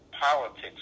Politics